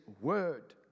word